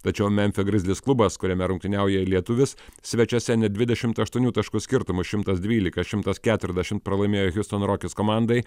tačiau memfio grizzlies klubas kuriame rungtyniauja lietuvis svečiuose net dvidešimt aštuonių taškų skirtumu šimtas dvylika šimtas keturiasdešimt pralaimėjo hiustono rockets komandai